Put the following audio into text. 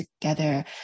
together